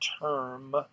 term